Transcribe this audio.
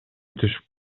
түшүп